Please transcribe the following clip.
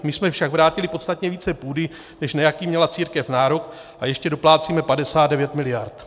My jsme však vrátili podstatně více půdy, než na jaký měla církev nárok, a ještě doplácíme 59 miliard.